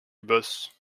bosse